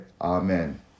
Amen